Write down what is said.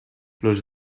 los